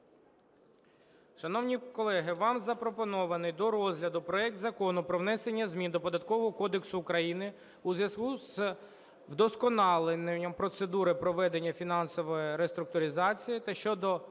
Шановні колеги, вам запропонований до розгляду проект Закону про внесення змін до Податкового кодексу України у зв'язку із вдосконаленням процедури проведення фінансової реструктуризації та щодо